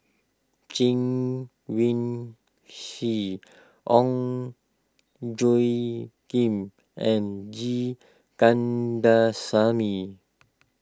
Chen Wen Hsi Ong Tjoe Kim and G Kandasamy